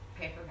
Paper